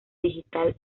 digital